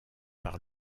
par